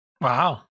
Wow